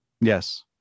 Yes